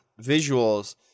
visuals